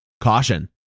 Caution